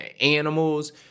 animals